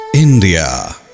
India